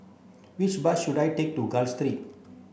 which bus should I take to Gul